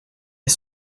est